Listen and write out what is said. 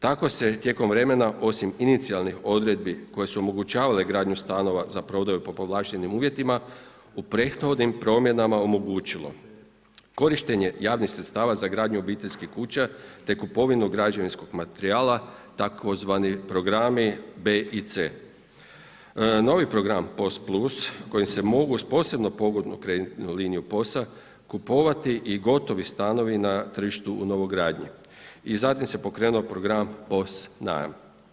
Tako se i tijekom vremena, osim inicijalnih odredbi koje su omogućavale gradnju stanova za prodaju po povlaštenim uvjetima, u prethodnim promjenama omogućilo korištenje javnih sredstava za gradnju obiteljskih kuća te kupovinu građevinskog materijala, tzv. programi B i C. Novi program POS + kojim se mogu uz posebno pogodnu kreditnu liniju POS-a kupovati i gotovi stanovi na tržištu u novogradnji i zatim se pokrenuo program POS najam.